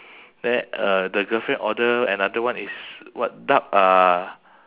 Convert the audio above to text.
then uh the girlfriend order another one is what duck uh